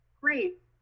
great